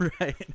Right